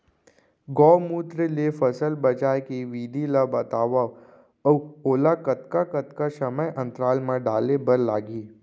गौमूत्र ले फसल बचाए के विधि ला बतावव अऊ ओला कतका कतका समय अंतराल मा डाले बर लागही?